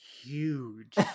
huge